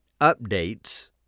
updates